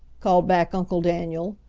called back uncle daniel,